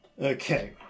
Okay